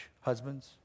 Husbands